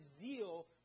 zeal